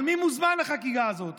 אבל מי מוזמן לחגיגה הזאת?